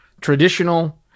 traditional